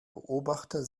beobachter